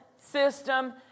system